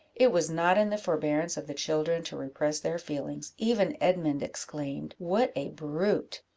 it was not in the forbearance of the children to repress their feelings even edmund exclaimed what a brute!